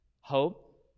Hope